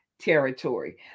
territory